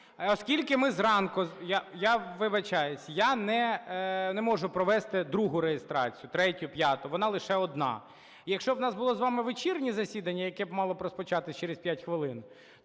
Оскільки ми зранку… Я вибачаюся, я не можу провести другу реєстрацію, третю, п'яту, вона лише одна. І якщо б у нас було з вами вечірнє засідання, яке б мало розпочатися через 5 хвилин,